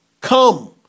come